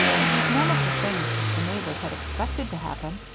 it was none of the things that the neighbors had expected to happen,